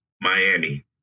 Miami